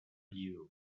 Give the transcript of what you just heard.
you